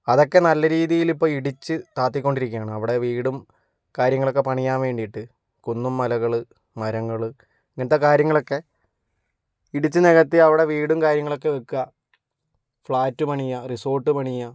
അതൊക്കെ നല്ല രീതിയിൽ ഇപ്പോൾ ഇടിച്ച് താഴ്ത്തി കൊണ്ടിരിക്കുകയാണ് അവിടെ വീടും കാര്യങ്ങളൊക്കെ പണിയാൻ വേണ്ടിയിട്ട് കുന്നും മലകൾ മരങ്ങൾ ഇങ്ങനത്തെ കാര്യങ്ങളൊക്കെ ഇടിച്ചു നികത്തി അവിടെ വീടും കാര്യങ്ങളൊക്കെ വെക്കുക ഫ്ലാറ്റ് പണിയുക റിസോർട്ട് പണിയുക